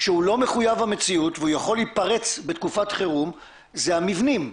שהוא לא מחויב המציאות והוא יכול להתפרץ בתקופת חירום זה המבנים.